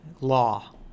law